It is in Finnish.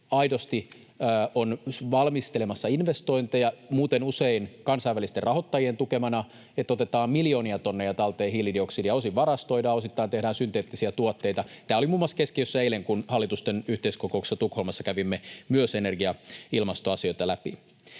aidosti ovat valmistelemassa investointeja, muuten usein kansainvälisten rahoittajien tukemana, että otetaan miljoonia tonneja talteen hiilidioksidia, osin varastoidaan, osittain tehdään synteettisiä tuotteita. Tämä oli muun muassa keskiössä eilen, kun hallitusten yhteiskokouksessa Tukholmassa kävimme myös energia- ja ilmastoasioita läpi.